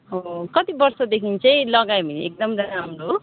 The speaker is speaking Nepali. हो हो कति वर्षदेखि चाहिँ लगायो भने एकदम राम्रो हो